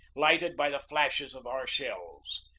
lighted by the flashes of our shells.